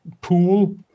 pool